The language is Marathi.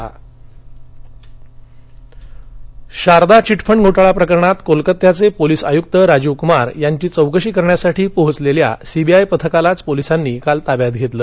शारदाचिटफंड शारदा घिटफंड घोटाळा प्रकरणात कोलकात्याचे पोलीस आयुक्त राजीव कुमार यांची चौकशी करण्यासाठी पोहोचलेल्या सीबीआय पथकालाच पोलिसांनी काल ताब्यात घेतलं